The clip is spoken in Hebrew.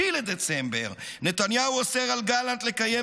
ב-25 בדצמבר נתניהו אוסר על גלנט לקיים